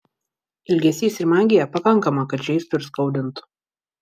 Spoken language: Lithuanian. ilgesys ir magija pakankama kad žeistų ir skaudintų